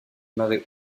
marais